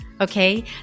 okay